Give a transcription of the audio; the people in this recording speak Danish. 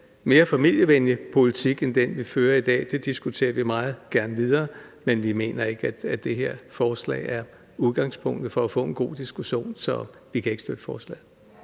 mere familievenlig politik end den, vi fører i dag. Det diskuterer vi meget gerne videre, men vi mener ikke, at det her forslag er udgangspunktet for at få en god diskussion. Så vi kan ikke støtte forslaget.